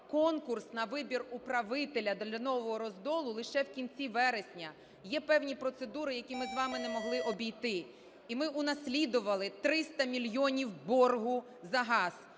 конкурс на вибір управителя для Нового Роздолу лише в кінці вересня. Є певні процедури, які ми з вами не могли обійти, і ми унаслідували 300 мільйонів боргу за газ,